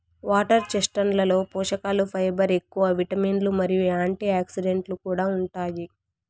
water చెస్ట్నట్లలో పోషకలు fibre ఎక్కువ, విటమిన్లు మరియు యాంటీఆక్సిడెంట్లు కూడా ఉంటాయి